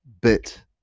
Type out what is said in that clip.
BIT